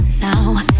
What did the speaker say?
now